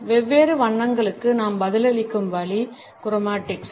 வெவ்வேறு வண்ணங்களுக்கு நாம் பதிலளிக்கும் வழி குரோமடிக்ஸ்